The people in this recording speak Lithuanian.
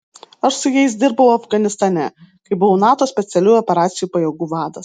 aš su jais dirbau afganistane kai buvau nato specialiųjų operacijų pajėgų vadas